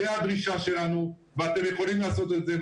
זאת הדרישה שלנו ואתם יכולים לעשות את זה.